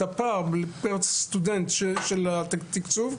את הפער פר סטודנט של התקצוב,